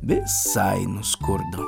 visai nuskurdo